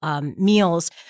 meals